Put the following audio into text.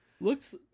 Looks